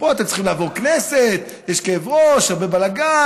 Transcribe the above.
פה אתם צריכים לעבור כנסת, יש כאב ראש, הרבה בלגן.